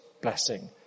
blessing